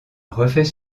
refait